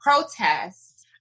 protests